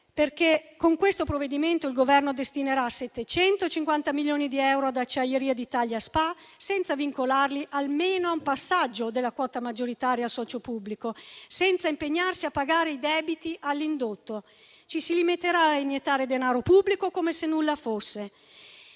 qui. Con questo provvedimento, il Governo destinerà 750 milioni di euro ad Acciaierie d'Italia SpA senza vincolarli almeno a un passaggio della quota maggioritaria al socio pubblico e senza impegnarsi a pagare i debiti all'indotto. Ci si limiterà a iniettare denaro pubblico come se nulla fosse.